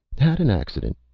had an accident,